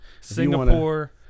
Singapore